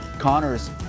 Connors